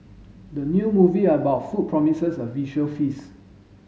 the new movie about food promises a visual feast